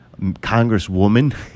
congresswoman